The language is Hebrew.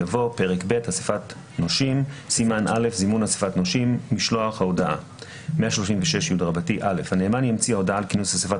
יבוא: 136י. משלוח ההודעה הנאמן ימציא הודעה על כינוס אסיפת